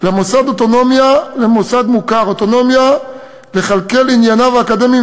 למוסד מוכר אוטונומיה לכלכל את ענייניו האקדמיים